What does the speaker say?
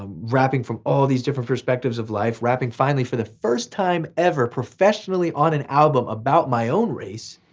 ah rapping from all these different perspectives of life. rapping finally for the first time ever professionally on an album about my own race.